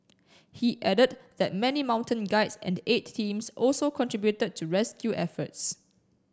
he added that many mountain guides and aid teams also contributed to rescue efforts